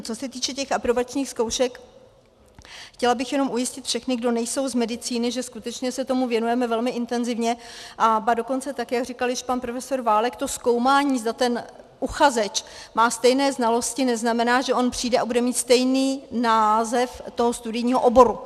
Co se týče těch aprobačních zkoušek, chtěla bych jenom ujistit všechny, kdo nejsou z medicíny, že skutečně se tomu věnujeme velmi intenzivně, a ba dokonce tak, jak říkal již pan profesor Válek, to zkoumání, zda ten uchazeč má stejné znalosti, neznamená, že on přijde a bude mít stejný název toho studijního oboru.